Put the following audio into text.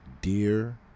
dear